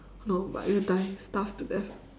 no but you'll die starve to death